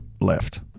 left